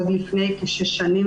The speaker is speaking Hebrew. עוד לפני כשש שנים,